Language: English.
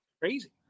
Crazy